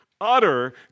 utter